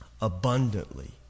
abundantly